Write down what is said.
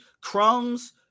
Crumbs